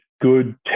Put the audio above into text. good